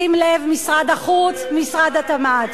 שים לב, משרד החוץ, משרד התמ"ת.